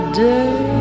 day